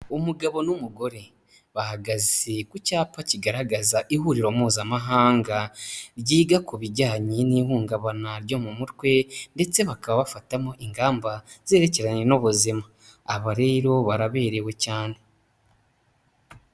Umugabo n'umugore bahagaze ku cyapa kigaragaza ihuriro mpuzamahanga, ryiga ku bijyanye n'ihungabana ryo mu mutwe ndetse bakaba bafatamo ingamba zerekeranye n'ubuzima, abo rero baraberewe cyane.